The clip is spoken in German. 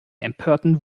empörten